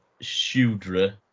Shudra